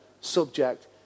subject